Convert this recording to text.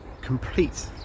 complete